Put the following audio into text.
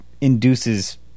induces